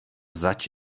zač